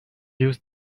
use